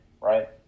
right